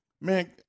man